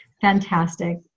Fantastic